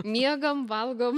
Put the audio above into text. miegam valgom